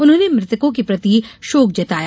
उन्होंने मृतकों के प्रति शोक जताया